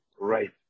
right